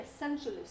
essentialist